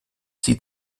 sie